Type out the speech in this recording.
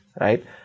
right